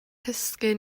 cysgu